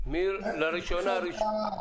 --- אם יש 80 זה סימן שהמגרש הזה הוא מאוד ידידותי.